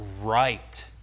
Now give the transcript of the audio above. right